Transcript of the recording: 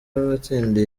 watsindiye